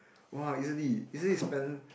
[wah] easily easily you spend